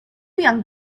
young